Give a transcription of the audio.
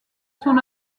son